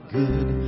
good